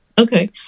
okay